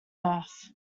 earth